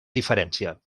diferència